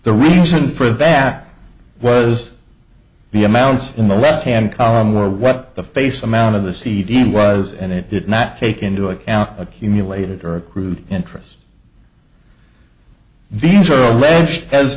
the reason for that was the amounts in the left hand column were what the face amount of the cd was and it did not take into account accumulated or rooting interest these are alleged as